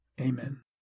Amen